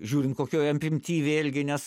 žiūrint kokioj apimty vėlgi nes